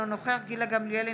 אינו נוכח גילה גמליאל,